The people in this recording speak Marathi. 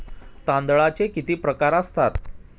तांदळाचे किती प्रकार असतात?